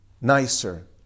nicer